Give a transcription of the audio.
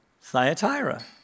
Thyatira